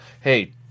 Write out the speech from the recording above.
hey